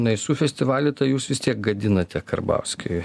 naisių festivalį tą jūs vis tiek gadinate karbauskiui